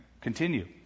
continue